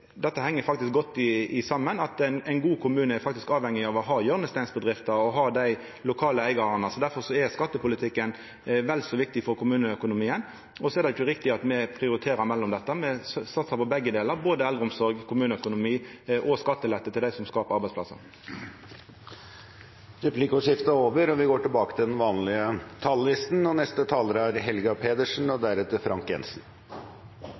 Dette heng faktisk godt saman. Ein god kommune er avhengig av å ha hjørnesteinsbedrifter og lokale eigarar. Difor er skattepolitikken vel så viktig for kommuneøkonomien. Det er ikkje riktig at me prioriterer mellom dette. Me satsar på begge delar, både eldreomsorg, kommuneøkonomi – og skattelette til dei som skaper arbeidsplassar. Replikkordskiftet er over. Arbeiderpartiet har store ambisjoner om bedre velferdstjenester i norske kommuner. Derfor har vi i vårt alternative statsbudsjett prioritert 3 mrd. kr mer til